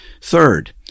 Third